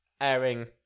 airing